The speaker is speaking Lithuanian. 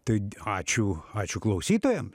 tai ačiū ačiū klausytojam